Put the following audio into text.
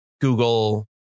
Google